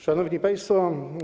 Szanowni Państwo!